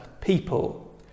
people